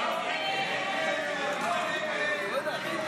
ההצעה להעביר לוועדה את הצעת חוק זכויות התלמיד